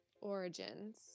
Origins